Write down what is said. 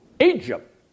Egypt